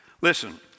Listen